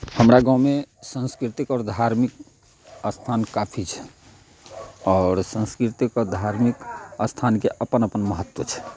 हमरा गाँवमे सांस्कृतिक आओर धार्मिक स्थान काफी छै आओर सांस्कृतिक आओर धार्मिक स्थानके अपन अपन महत्त्व छै